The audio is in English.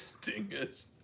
Dingus